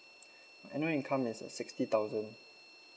annual income is uh sixty thousand